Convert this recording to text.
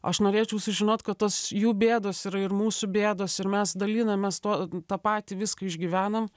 aš norėčiau sužinot kad tos jų bėdos yra ir mūsų bėdos ir mes dalinamės tuo tą patį viską išgyvenam